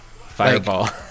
Fireball